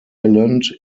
island